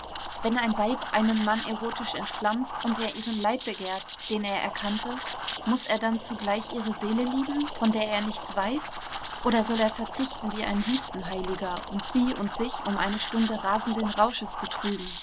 wenn ein weib einen mann erotisch entflammt und er ihren leib begehrt den er erkannte muß er dann zugleich ihre seele lieben von der er nichts weiß oder soll er verzichten wie ein wüstenheiliger und sie und sich um eine stunde rasenden rausches betrügen